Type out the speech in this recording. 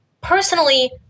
personally